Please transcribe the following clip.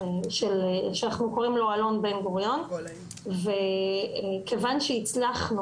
שאנחנו קוראים לו "אלון-בן גוריון" וכיוון שהצלחנו